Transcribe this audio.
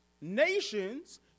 nations